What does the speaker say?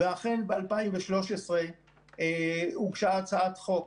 ואכן ב-2013 הוגשה הצעת חוק.